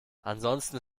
ansonsten